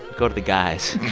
go to the guys.